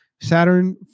Saturn